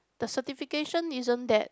the certification isn't that